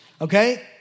okay